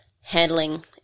handling